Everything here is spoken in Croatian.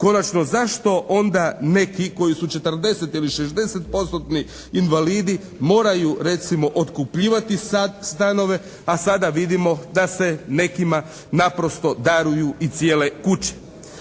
Konačno, zašto onda neki koji su 40 ili 60%.-tni invalidi moraju recimo otkupljivati sad stanove a sada vidimo da se nekima naprosto daruju i cijele kuće.